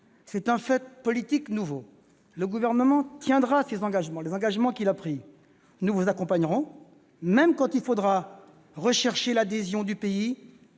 c'est un fait politique nouveau : le Gouvernement tiendra les engagements qu'il a pris. Nous vous accompagnerons, même quand il faudra rechercher l'adhésion du pays